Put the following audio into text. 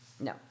No